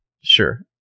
sure